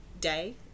day